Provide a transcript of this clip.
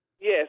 Yes